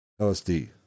LSD